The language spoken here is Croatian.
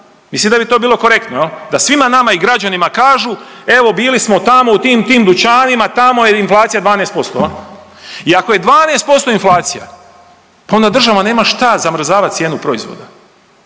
Mislim da bi to bilo korektno, je li, da svima nama i građanima kažu, evo, bili smo tamo, u tim i tim dućanima, tamo je inflacija 12% i ako je 12% inflacija, pa onda država nema šta zamrzavati cijenu proizvoda.